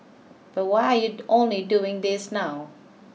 but why are you only doing this now